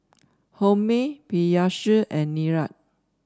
Homi Peyush and Niraj